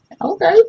Okay